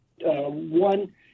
one